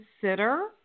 consider